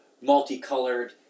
multicolored